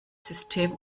system